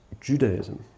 Judaism